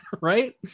right